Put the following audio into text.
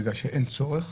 בגלל שאין צורך?